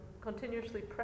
continuously